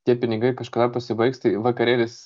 tie pinigai kažkada pasibaigs tai vakarėlis